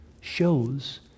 shows